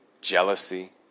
jealousy